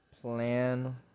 plan